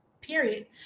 period